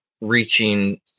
reaching